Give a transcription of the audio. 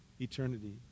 eternity